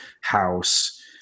house